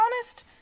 honest